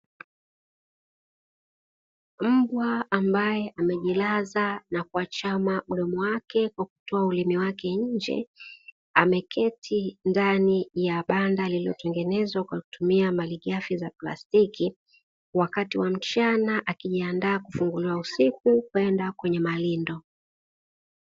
Mbwa ambae amejilaza na kuachama mdomo wake kwa kutoa ulimi wake nje ameketi ndani ya banda lililotengenezwa kwa kutumia malighafi za plastiki wakati wa mchana akijiandaa kufunguliwa usiku kwenda kwenye malindo.